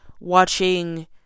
watching